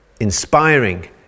Inspiring